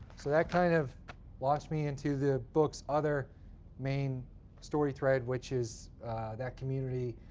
that kind of launched me into the book's other main story thread, which is that community,